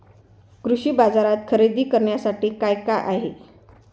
कृषी बाजारात खरेदी करण्यासाठी काय काय आहे?